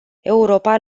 europa